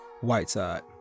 Whiteside